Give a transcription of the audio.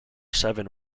seven